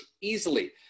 easily